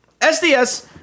SDS